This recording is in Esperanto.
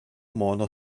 mono